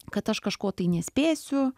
kad aš kažko tai nespėsiu